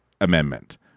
amendment